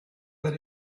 that